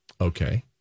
Okay